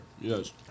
Yes